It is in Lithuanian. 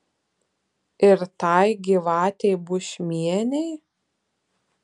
ir tai gyvatei bušmienei